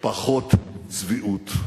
ופחות צביעות.